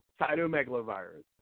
cytomegalovirus